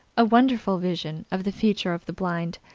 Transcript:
a wonderful vision of the future of the blind.